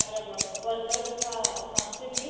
बरं बरं वर्कर्सला सांगते मी